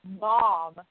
Mom